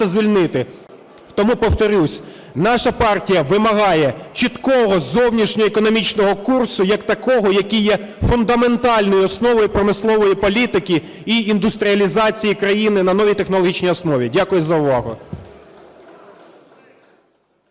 звільнити. Тому повторюся, наша партія вимагає чіткого зовнішньоекономічного курсу як такого, який є фундаментальною основою промислової політики і індустріалізації країни на новій технологічній основі. Дякую за увагу.